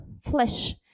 flesh